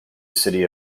city